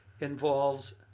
involves